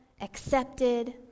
accepted